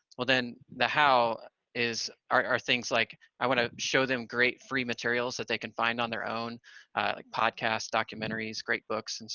well then the how is are things like i want to show them great free materials that they can find on their own like podcast, documentaries, great books, and